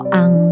ang